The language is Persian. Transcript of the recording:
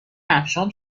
کفشهام